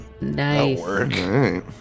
Nice